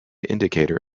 indicator